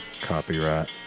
copyright